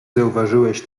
zauważyłeś